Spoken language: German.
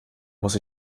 muss